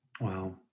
Wow